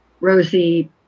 Rosie